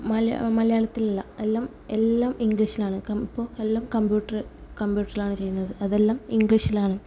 മല മലയാളത്തിലല്ല എല്ലാം എല്ലാം ഇംഗ്ലീഷിലാണ് കം ഇപ്പോൾ എല്ലാം കമ്പ്യൂട്ട്റ് കമ്പ്യൂട്ടറിലാണ് ചെയ്യ്ന്നത് അതെല്ലാം ഇംഗ്ലീഷിലാണ്